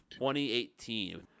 2018